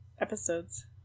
episodes